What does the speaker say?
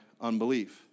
unbelief